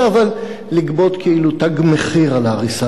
אבל לגבות כביכול תג מחיר על ההריסה הזאת.